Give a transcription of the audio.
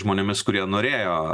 žmonėmis kurie norėjo